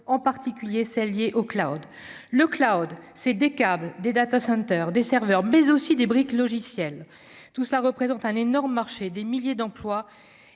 en particulier celles liées au Claude Le Claude c'est des câbles, des Data centers des serveurs, mais aussi des briques logicielles tout cela représente un énorme marché des milliers d'emplois